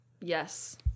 Yes